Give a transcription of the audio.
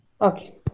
Okay